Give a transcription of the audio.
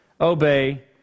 obey